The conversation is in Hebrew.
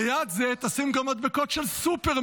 ליד זה תשים גם מדבקות של סופרמן.